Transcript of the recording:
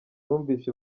numvise